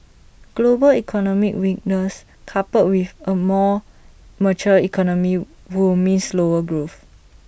global economic weakness coupled with A more mature economy will mean slower growth